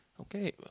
Okay